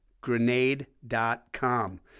Grenade.com